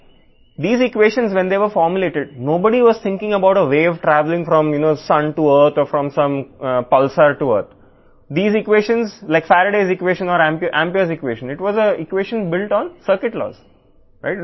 మరియు ఈ ఈక్వేషన్లను సూత్రీకరించినప్పుడు గుర్తుంచుకోండి మీ నుండి సూర్యుడికి భూమికి లేదా కొంత పల్సర్ నుండి భూమికి ప్రయాణించే వేవ్ గురించి ఎవరూ ఆలోచించలేదు ప్యారడేస్ ఈక్వేషన్ Faraday's equation లేదా ఆంపియర్స్ ఈక్వేషన్ వంటి ఈ ఈక్వేషన్లు ఇది సర్క్యూట్ చట్టాలపై ఆధారపడిన ఈక్వేషన్